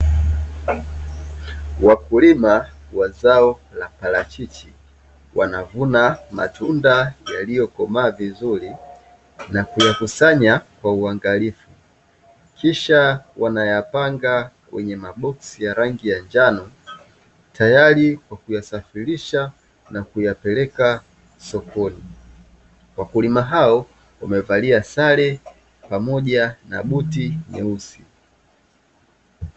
Wakulima wa zao la parachichi wanavuna matunda yaliyokomaa vizuri, na kuyakusanya kwa uangalifu, kisha wanayapanga kwenye maboksi ya rangi ya njano, tayari kwa kuyasafirisha na kuyapeleka sokoni, wakulima hao wamevalia sare pamoja na buti nyeusi.